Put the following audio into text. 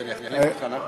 שאני אחליף אותך, נחמן?